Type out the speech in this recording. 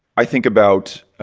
i think about